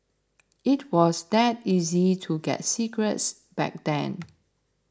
it was that easy to get cigarettes back then